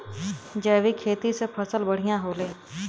जैविक खेती से फसल बढ़िया होले